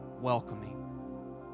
welcoming